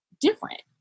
different